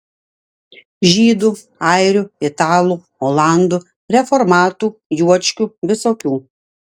žydų airių italų olandų reformatų juočkių visokių